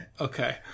Okay